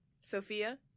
Sophia